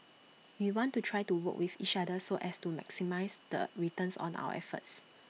we want to try to work with each other so as to maximise the returns on our efforts